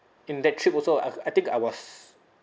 in that trip also I I think I was